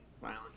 violence